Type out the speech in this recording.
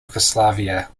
yugoslavia